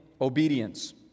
obedience